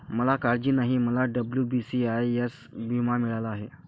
मला काळजी नाही, मला डब्ल्यू.बी.सी.आय.एस विमा मिळाला आहे